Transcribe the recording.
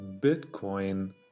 Bitcoin